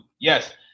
yes